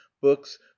books